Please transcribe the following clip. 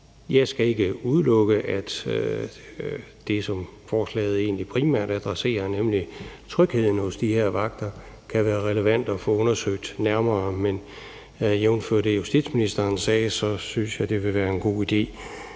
Jeg skal ikke udelukke, at det, som forslaget egentlig primært adresserer, nemlig trygheden hos de her vagter, kan være relevant at få undersøgt nærmere. Men jævnfør det, justitsministeren sagde, synes jeg, det vil være en god idé